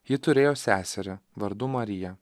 ji turėjo seserį vardu marija